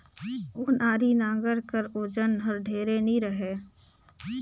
ओनारी नांगर कर ओजन हर ढेर नी रहें